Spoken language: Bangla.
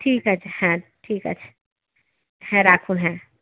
ঠিক আছে হ্যাঁ ঠিক আছে হ্যাঁ রাখুন হ্যাঁ